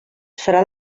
serà